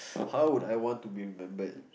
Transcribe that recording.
how would I want to be remembered